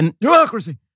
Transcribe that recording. democracy